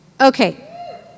Okay